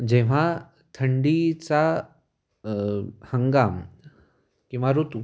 जेव्हा थंडीचा हंगाम किंवा ऋतू